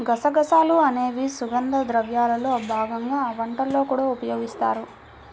గసగసాలు అనేవి సుగంధ ద్రవ్యాల్లో భాగంగా వంటల్లో కూడా ఉపయోగిస్తారు